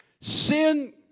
Sin